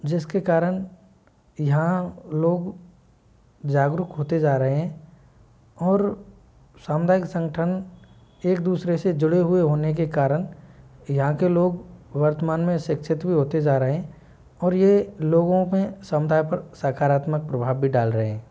जिस के कारण यहाँ लोग जागरूक होते जा रहे हैं और सामुदायिक संगठन एक दूसरे से जुड़े हुए होने के कारण यहाँ के लोग वर्तमान में शिक्षित भी होते जा रहे हैं और ये लोगों में समुदाय पर सकारात्मक प्रभाव भी डाल रहे हैं